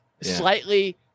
slightly